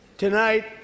Tonight